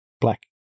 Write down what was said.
black